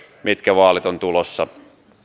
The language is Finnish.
mitkä vaalit ovat tulossa